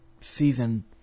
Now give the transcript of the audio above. season